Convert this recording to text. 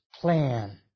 plan